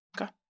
Okay